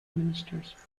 ministers